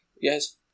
yes